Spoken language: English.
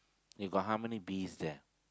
got how many bees there